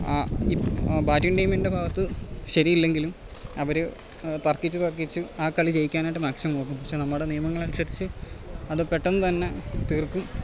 ആ ഈ ബാറ്റിംഗ് ടീമിൻ്റെ ഭാഗത്ത് ശരിയല്ലെങ്കിലും അവര് തർക്കിച്ച് തർക്കിച്ച് ആ കളി ജയിക്കാനായിട്ട് മാക്സിമം നോക്കും പക്ഷേ നമ്മുടെ നിയമങ്ങളനുസരിച്ച് അത് പെട്ടെന്ന് തന്നെ തീർക്കും